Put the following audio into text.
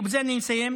ובזה אני מסיים,